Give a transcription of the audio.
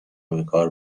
بکار